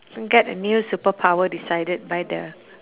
get a new superpower decided by the